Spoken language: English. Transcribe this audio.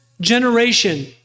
generation